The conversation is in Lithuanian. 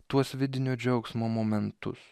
tuos vidinio džiaugsmo momentus